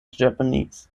japanese